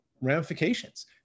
ramifications